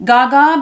Gaga